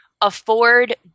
afford